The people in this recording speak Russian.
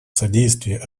содействия